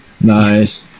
Nice